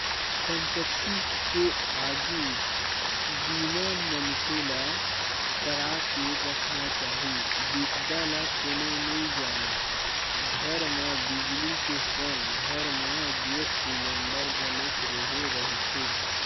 संपत्ति के आगी बीमा मनखे ल करा के रखना चाही बिपदा ल कोनो नइ जानय घर म बिजली के संग घर म गेस सिलेंडर घलोक रेहे रहिथे